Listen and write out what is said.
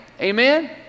amen